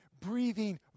breathing